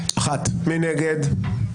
מי נגד?